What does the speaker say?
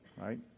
right